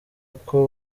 uko